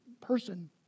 person